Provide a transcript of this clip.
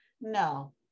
No